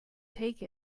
take